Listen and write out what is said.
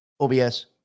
OBS